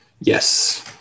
yes